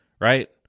right